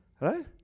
Right